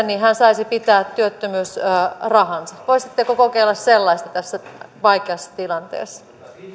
niin hän saisi pitää työttömyysrahansa voisitteko kokeilla sellaista tässä vaikeassa tilanteessa